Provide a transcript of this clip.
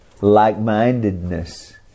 Like-mindedness